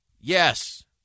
Yes